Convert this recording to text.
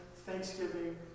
thanksgiving